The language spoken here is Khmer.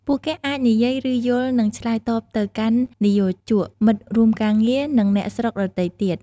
ពួកគេអាចនិយាយ ឬយល់ និងឆ្លើយតបទៅកាន់និយោជក មិត្តរួមការងារ និងអ្នកស្រុកដទៃទៀត។